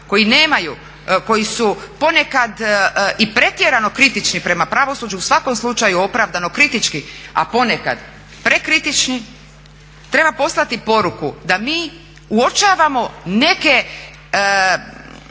koji su ponekad i pretjerano kritični prema pravosuđu u svakom slučaju opravdano kritički a ponekad prekritični treba poslati poruku da mi uočavamo neke